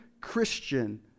Christian